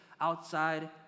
outside